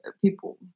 people